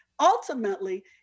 Ultimately